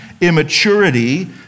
immaturity